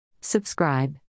Subscribe